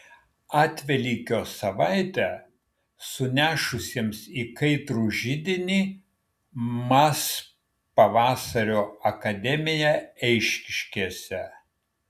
atvelykio savaitę sunešusiems į kaitrų židinį mas pavasario akademiją eišiškėse